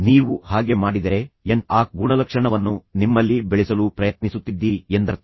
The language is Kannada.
ನೀವು ಹಾಗೆ ಮಾಡಿದರೆ ನೀವು ಆ ಎನ್ ಆಕ್ ಗುಣಲಕ್ಷಣವನ್ನು ನಿಮ್ಮಲ್ಲಿ ಬೆಳೆಸಲು ಪ್ರಯತ್ನಿಸುತ್ತಿದ್ದೀರಿ ಎಂದರ್ಥ